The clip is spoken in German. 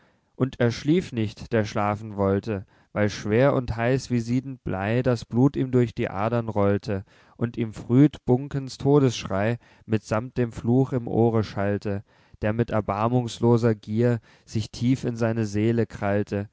und er schlief nicht der schlafen wollte weil schwer und heiß wie siedend blei das blut ihm durch die adern rollte und ihm früd bunckens todesschrei mitsammt dem fluch im ohre schallte der mit erbarmungsloser gier sich tief in seine seele krallte